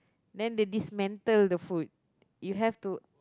then they dismantle the food you have to